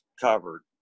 covered